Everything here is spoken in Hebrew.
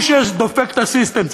הוא שדופק את הסיסטם,